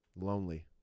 Lonely